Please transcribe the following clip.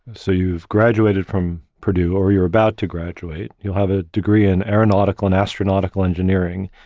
and so, you've graduated from purdue, or you're about to graduate. you'll have a degree in aeronautical and astronautical engineering.